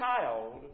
child